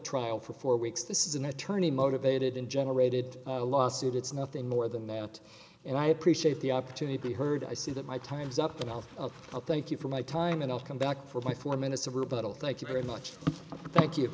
trial for four weeks this is an attorney motivated and generated a lawsuit it's nothing more than that and i appreciate the opportunity to be heard i see that my time's up and i'll thank you for my time and i'll come back for my four minutes of rebuttal thank you very much